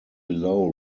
below